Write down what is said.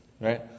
right